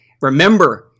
remember